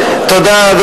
תודה על העזרה.